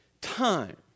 time